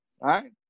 right